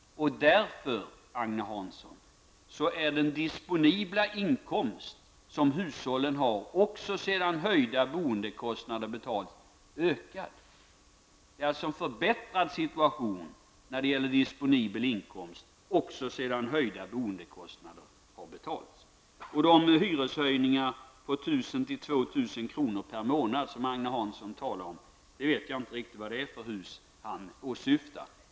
Därför, Agne Hansson, har hushållens disponibla inkomst, också sedan höjda boendekostnader har betalats, ökat. Situationen är alltså förbättrad när det gäller disponibel inkomst också sedan höjda boendekostnader har betalats. Jag vet inte vilka hus Agne Hansson åsyftar när han talar om hyreshöjningar på 1000--2000 kr. per månad.